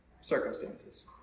circumstances